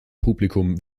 publikum